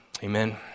Amen